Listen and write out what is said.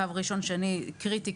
קו ראשון/שני זה קריטי,